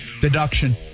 Deduction